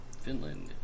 Finland